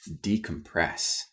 decompress